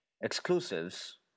exclusives